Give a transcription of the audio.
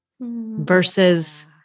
versus